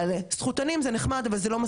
צריך להיות התראות פרטניות,